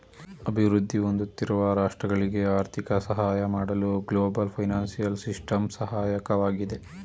ಅಭಿವೃದ್ಧಿ ಹೊಂದುತ್ತಿರುವ ರಾಷ್ಟ್ರಗಳಿಗೆ ಆರ್ಥಿಕ ಸಹಾಯ ಮಾಡಲು ಗ್ಲೋಬಲ್ ಫೈನಾನ್ಸಿಯಲ್ ಸಿಸ್ಟಮ್ ಸಹಾಯಕವಾಗಿದೆ